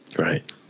Right